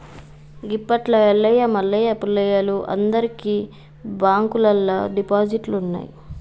గిప్పట్ల ఎల్లయ్య మల్లయ్య పుల్లయ్యలు అందరికి బాంకుల్లల్ల డిపాజిట్లున్నయ్